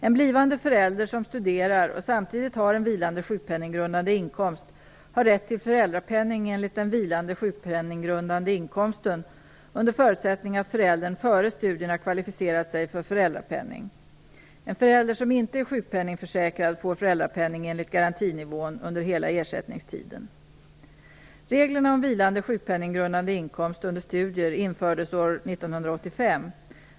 En blivande förälder som studerar och samtidigt har en vilande sjukpenninggrundande inkomst har rätt till föräldrapenning enligt den vilande sjukpenninggrundande inkomsten, under förutsättning att föräldern före studierna kvalificerat sig för föräldrapenning. En förälder som inte är sjukpenningförsäkrad får föräldrapenning enligt garantinivån under hela ersättninstiden. Reglerna om vilande sjukpenninggrundande inkomst under studier infördes år 1985.